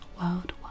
worldwide